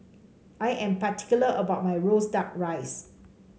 I am particular about my roasted duck rice